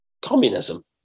Communism